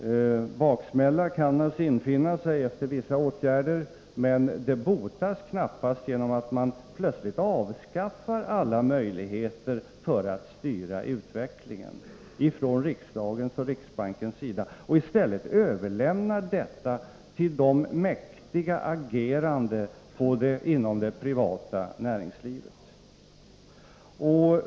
Baksmälla kan naturligtvis infinna sig efter vissa åtgärder. Men den botas knappast genom att man plötsligt avskaffar alla riksdagens och riksbankens möjligheter att styra utvecklingen och i stället överlämnar de möjligheterna till de stora makthavarna inom det privata näringslivet.